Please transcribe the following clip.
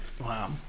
wow